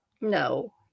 No